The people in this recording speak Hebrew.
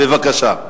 בבקשה.